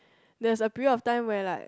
there's a period of time where like